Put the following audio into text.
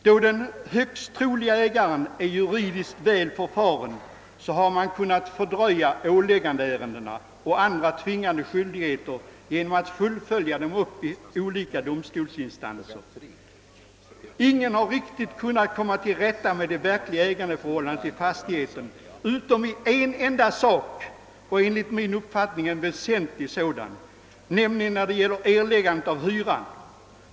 Då den högst troliga ägaren är juridiskt väl förfaren, har han kunnat fördröja åläggandeärenden och andra tvingande skyldigheter genom att fullfölja ärendena i olika domstolsinstanser. Ingen har riktigt kunnat komma till rätta med det verkliga ägandeförhållandet beträffande fastigheten utom när det gällt en enda sak — och enligt min uppfattning en väsentlig sådan — nämligen erläggandet av hyrorna.